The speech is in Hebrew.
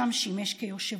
שם שימש יושב-ראש.